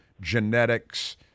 genetics